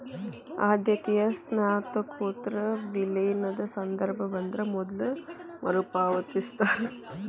ಆದ್ಯತೆಯ ಸ್ಟಾಕ್ನೊರ ವಿಲೇನದ ಸಂದರ್ಭ ಬಂದ್ರ ಮೊದ್ಲ ಮರುಪಾವತಿಸ್ತಾರ